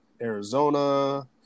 Arizona